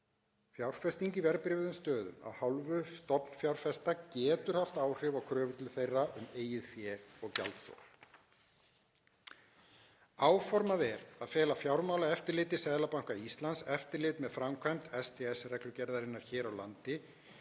Fjárfesting í verðbréfuðum stöðum af hálfu stofnanafjárfesta getur haft áhrif á kröfur til þeirra um eigið fé eða gjaldþol. Áformað er að fela Fjármálaeftirliti Seðlabanka Íslands eftirlit með framkvæmd STS-reglugerðarinnar hér á landi